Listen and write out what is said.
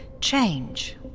change